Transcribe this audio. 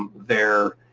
they're